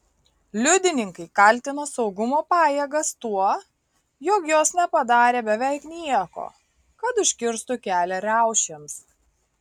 liudininkai kaltino saugumo pajėgas tuo jog jos nepadarė beveik nieko kad užkirstų kelią riaušėms